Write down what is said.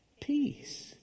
Peace